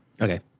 Okay